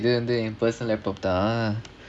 இது வந்து என்:inga vandhu en personal laptop தான்:thaan